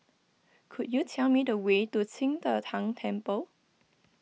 could you tell me the way to Qing De Tang Temple